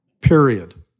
Period